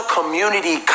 Community